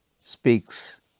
speaks